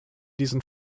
diesen